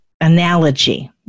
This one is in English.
analogy